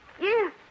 Yes